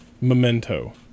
Memento